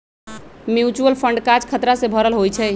mutual fund काज़ खतरा से भरल होइ छइ